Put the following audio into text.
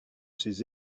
ses